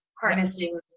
harnessing